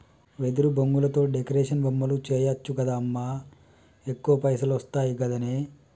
వెదురు బొంగులతో డెకరేషన్ బొమ్మలు చేయచ్చు గదా అమ్మా ఎక్కువ పైసలొస్తయి గదనే